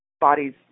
Bodies